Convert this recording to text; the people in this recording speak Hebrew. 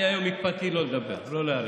אני היום הקפדתי לא לדבר, לא להאריך,